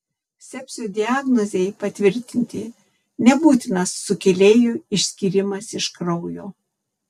sepsio diagnozei patvirtinti nebūtinas sukėlėjų išskyrimas iš kraujo